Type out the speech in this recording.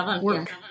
work